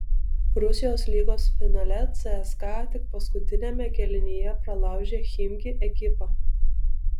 rusijos lygos finale cska tik paskutiniame kėlinyje palaužė chimki ekipą